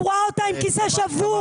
הוא ראה אותה עם כיסא שבור.